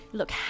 Look